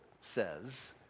says